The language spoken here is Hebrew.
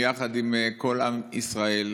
יחד עם כל עם ישראל,